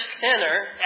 sinner